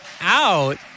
out